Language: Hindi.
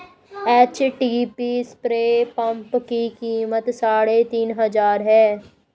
एचटीपी स्प्रे पंप की कीमत साढ़े तीन हजार है